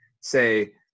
say